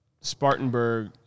Spartanburg